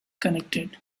connected